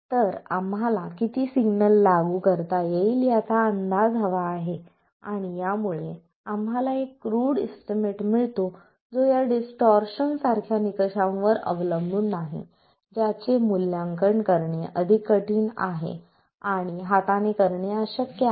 तर आम्हाला किती सिग्नल लागू करता येईल याचा अंदाज हवा आहे आणि यामुळे आम्हाला एक क्रुड इस्टिमेट मिळतो जो या डिस्टॉर्शन सारख्या निकषांवर अवलंबून नाही ज्याचे मूल्यांकन करणे अधिक कठीण आहे आणि हाताने करणे अशक्य आहे